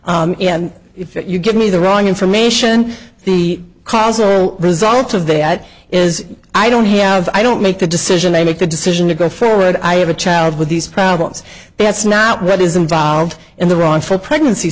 x if you give me the wrong information the cause or the results of that is i don't have i don't make the decision they make the decision to go forward i have a child with these problems that's not what is involved in the wrong for pregnancy